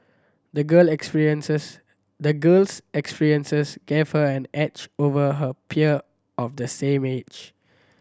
the girl experiences the girl's experiences gave her an edge over her peer of the same age